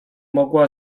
mogła